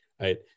right